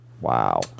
Wow